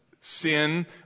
sin